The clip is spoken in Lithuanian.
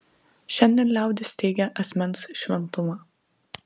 šiandien liaudis teigia asmens šventumą